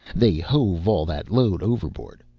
they hove all that load overboard.